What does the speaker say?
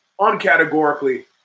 uncategorically